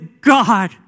God